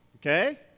Okay